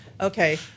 Okay